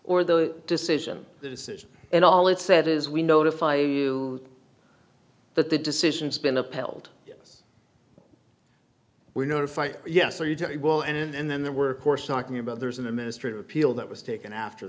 or the decision the decision and all it said is we notify you that the decision has been upheld we notify yes or you tell it well and then there were course talking about there's an administrative appeal that was taken after